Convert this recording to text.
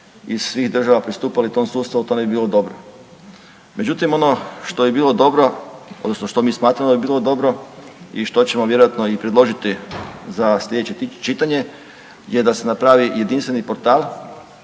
iz svih država pristupali tom sustavu to ne bi bilo dobro. Međutim, ono što bi bilo dobro odnosno što mi smatramo da bi bilo dobri i što ćemo vjerojatno i predložiti za slijedeće čitanje je da se napravi jedinstveni portal